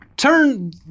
Turn